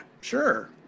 sure